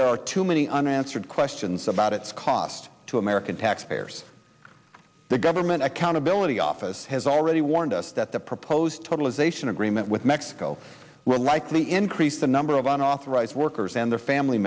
there are too many unanswered questions about its cost to american taxpayers the government accountability office has already warned us that the proposed totalization agreement with mexico will likely increase the number of unauthorized workers and their family